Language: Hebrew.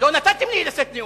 נתתם לי לשאת נאום.